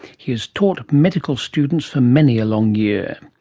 he has taught medical students for many a long year.